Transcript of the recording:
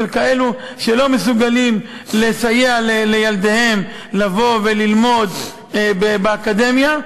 של כאלו שלא מסוגלים לסייע לילדיהם ללמוד באקדמיה,